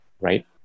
right